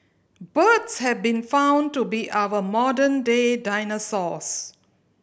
birds have been found to be our modern day dinosaurs